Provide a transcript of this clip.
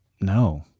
No